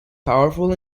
powerful